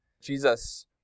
Jesus